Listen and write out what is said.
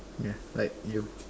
like you